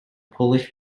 polish